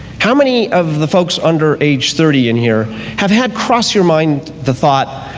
how many of the folks under age thirty in here have had cross your mind the thought,